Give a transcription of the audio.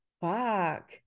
fuck